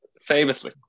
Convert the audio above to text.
famously